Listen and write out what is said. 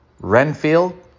Renfield